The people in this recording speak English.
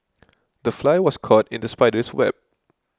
the fly was caught in the spider's web